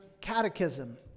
Catechism